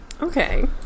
Okay